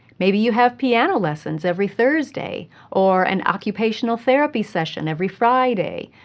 maybe you have piano lessons every thursday or an occupational therapy session every friday.